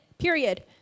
period